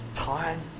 Time